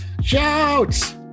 Shouts